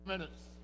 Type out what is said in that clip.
Minutes